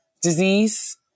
disease